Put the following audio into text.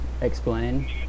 explain